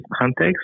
context